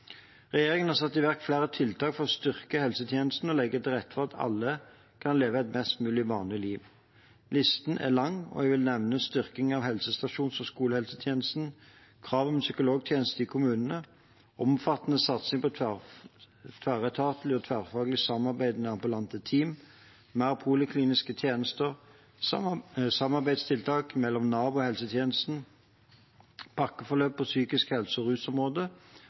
Regjeringen har satt i verk flere tiltak for å styrke helsetjenesten og legge til rette for at alle kan leve et mest mulig vanlig liv. Listen er lang, og jeg vil nevne styrking av helsestasjons- og skolehelsetjenesten, krav om psykologtjeneste i kommunene, omfattende satsing på tverretatlig og tverrfaglig samarbeid med ambulante team, flere polikliniske tjenester, samarbeidstiltak mellom Nav og helsetjenesten, pakkeforløp på psykisk helse- og rusområdet